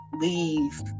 leave